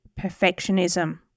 perfectionism